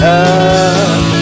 up